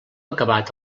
acabat